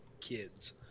kids